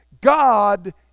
God